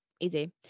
easy